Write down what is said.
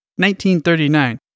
1939